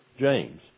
James